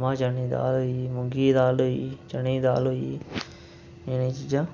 मांह् चने दी दाल होई मुंगी दी दाल होई चने दी दाल होई एह् चीज़ां